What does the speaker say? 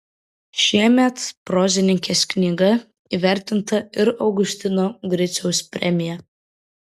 šiemet prozininkės knyga įvertinta ir augustino griciaus premija